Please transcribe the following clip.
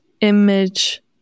image